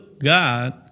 God